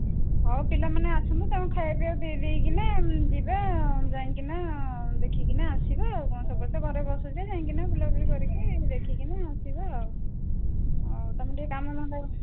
ହଁ ପିଲାମାନେ ଆସନ୍ତୁ ତାଙ୍କୁ ଖାଇବା ପିଇବା ଦେଇ ଦେଇକି ଯିବା ଯାଇକିନା ଦେଖିକିନା ଆସିବା ଆଉ କ'ଣ ସବୁବେଳେ ତ ଘରେ ବସୁଛେ ଯାଇକିନା ବସିକି ବୁଲାବୁଲି କରିକି ଦେଖିକିନା ଆସିବା ଆଉ ତୁମର ଟିକେ କାମଧନ୍ଦା